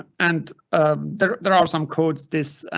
and ah there there are some codes this.